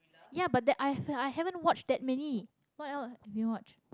ya but that I I haven't watch that many what else have you watched